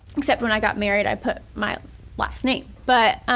except when i got married, i put my last name. but